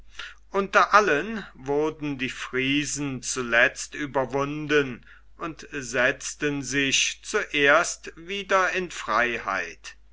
unter allen wurden die friesen zuletzt überwunden und setzten sich zuerst wieder in freiheit